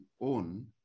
own